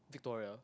Victoria